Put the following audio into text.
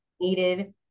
needed